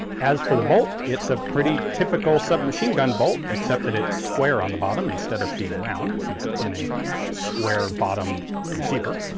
as for the bolt, it's a pretty typical submachine gun bolt except that it's square on the bottom instead of being round since it's in a square bottom receiver.